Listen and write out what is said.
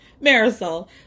Marisol